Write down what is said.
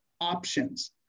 options